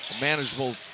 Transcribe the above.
manageable